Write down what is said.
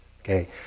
Okay